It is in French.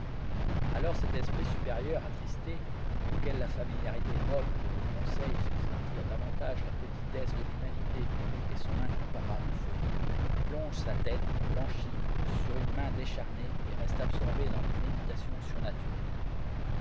alors cet esprit supérieur attristé auquel la familiarité noble de vos conseils fait sentir davantage la petitesse de l'humanité et son incomparable folie plonge sa tête blanchie sur une main décharnée et reste absorbé dans des méditations surnaturelles